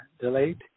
delayed